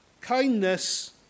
Kindness